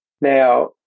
Now